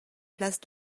place